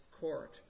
court